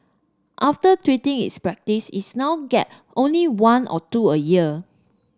after tweeting its practice is now get only one or two a year